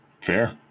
Fair